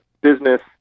business